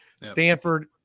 Stanford